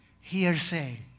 hearsay